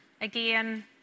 again